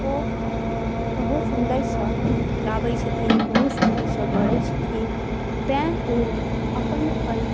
ओ बहुत सुन्दर सऽ लाबै छथिन बहुत सुन्दर सऽ करै छथिन तैॅं ओ अपन अपन